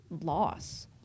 loss